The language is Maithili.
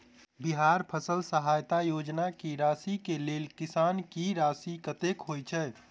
बिहार फसल सहायता योजना की राशि केँ लेल किसान की राशि कतेक होए छै?